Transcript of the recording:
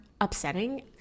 upsetting